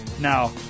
Now